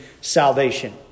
salvation